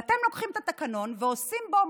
ואתם לוקחים את התקנון ועושים בו,